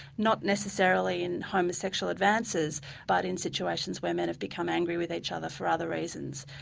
not necessarily in homosexual advances but in situations where men have become angry with each other for other reasons.